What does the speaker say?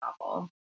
novel